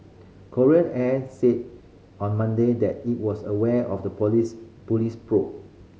Korean Air said on Monday that it was aware of the police police probe